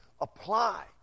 apply